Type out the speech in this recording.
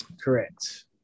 Correct